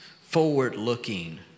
forward-looking